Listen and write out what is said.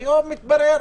היום התברר